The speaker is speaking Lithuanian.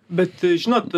bet žinot